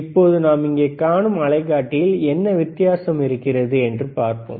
இப்போது நாம் இங்கே காணும் அலைக்காட்டியில் என்ன வித்தியாசம் இருக்கிறது என்று பார்ப்போம்